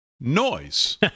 Noise